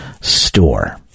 store